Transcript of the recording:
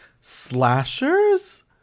slashers